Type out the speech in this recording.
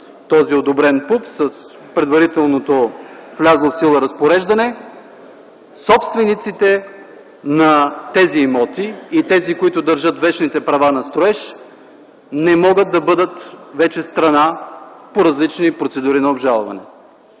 този одобрен ПУП с предварителното влязло в сила разпореждане, собствениците на тези имоти и тези, които държат вещните права на строеж, не могат да бъдат вече страна по различни процедури на обжалване.